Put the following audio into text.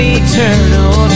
eternal